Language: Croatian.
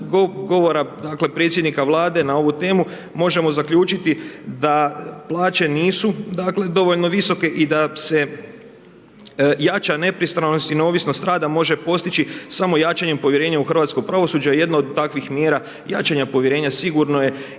govora dakle predsjednika Vlade na ovu temu možemo zaključiti da plaće nisu dakle dovoljno visoke i da se jača nepristranost i neovisnost rada može postići samo jačanjem povjerenja u hrvatsko pravosuđe a jedno od takvih mjera jačanja povjerenja sigurno je